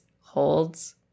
holds